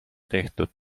tehtud